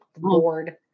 Lord